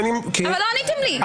אבל לא עניתם לי.